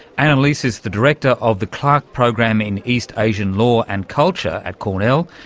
annelise is the director of the clarke program in east asian law and culture at cornell.